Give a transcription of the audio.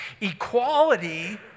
Equality